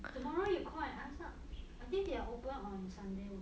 tomorrow you call and ask lah I think they are open on sunday also